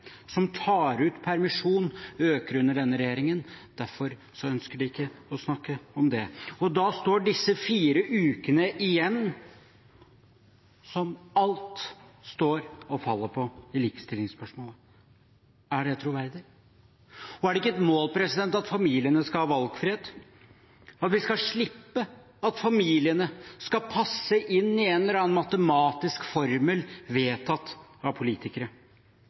som tar ut permisjon, øker under denne regjeringen. Derfor ønsker de ikke å snakke om det. Da står disse fire ukene igjen som det alt står og faller på i likestillingsspørsmålet. Er det troverdig? Og er det ikke et mål at familiene skal ha valgfrihet, at vi skal slippe at familiene skal passe inn i en eller annen matematisk formel vedtatt av politikere?